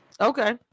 Okay